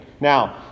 Now